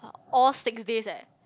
all six days eh